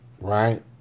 Right